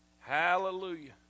Hallelujah